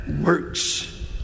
works